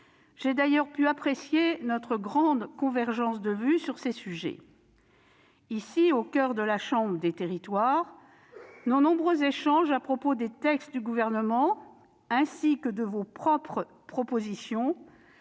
j'ai d'ailleurs pu apprécier notre large convergence de vues sur ces sujets. Ici, au coeur de la chambre des territoires, nos nombreux échanges à propos des textes du Gouvernement ainsi que de vos propres propositions